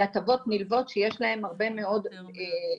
היא הטבות נלוות שיש להם הרבה מאוד זכויות.